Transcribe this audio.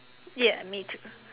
ya me too